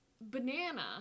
banana